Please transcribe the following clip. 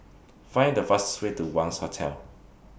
Find The fastest Way to Wangz Hotel